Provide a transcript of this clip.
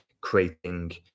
creating